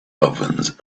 ovens